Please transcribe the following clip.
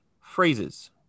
phrases